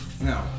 No